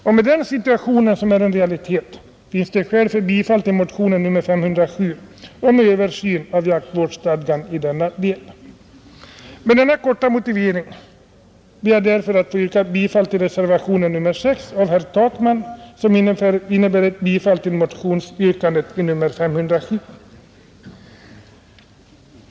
Och med den situationen, som är en realitet, finns det skäl för bifall till motionen 507 om översyn av jaktstadgan i denna del, Med denna korta motivering ber jag alltså att få yrka bifall till reservationen 6 av herr Takman, som innebär bifall till yrkandet i motionen 507.